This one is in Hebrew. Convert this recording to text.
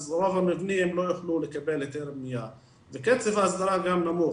אז רוב המבנים לא יוכלו לקבל היתר בנייה וקצב ההסדרה נמוך.